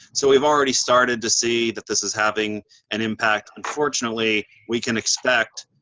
so we've already started to see that this is having an impact. unfortunately, we can expect,